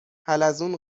حلزون